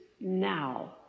now